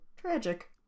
tragic